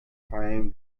claim